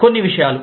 కొన్ని విషయాలు